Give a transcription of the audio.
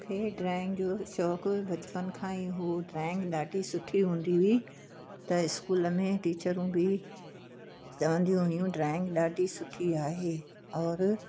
मूंखे ड्राइंग जो शौ्क़ु बचपन खां ई हो ड्राइंग ॾाढी सुठी हूंदी हुई त स्कूल में टीचरूं बि चवंदियूं हुयूं ड्राइंग ॾाढी सुठी आहे और